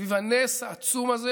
סביב הנס העצום הזה,